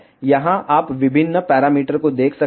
यहां आप विभिन्न पैरामीटर को देख सकते हैं